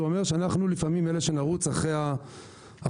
אומר שאנחנו לפעמים אלה שנרוץ אחרי הפשיעה.